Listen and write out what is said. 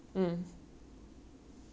or your favourite sage